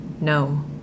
no